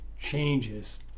changes